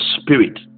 Spirit